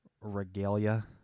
regalia